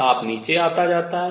ताप नीचे आता जाता है